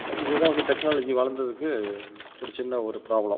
இதுதான் வந்து டெக்னாலஜி வளர்ந்ததுக்கு ஒரு சின்ன ஒரு ப்ராப்ளம்